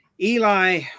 Eli